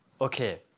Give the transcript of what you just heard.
Okay